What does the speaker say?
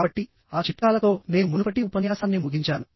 కాబట్టి ఆ చిట్కాలతో నేను మునుపటి ఉపన్యాసాన్ని ముగించాను